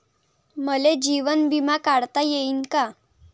मले जीवन बिमा काढता येईन का?